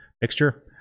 mixture